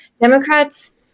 Democrats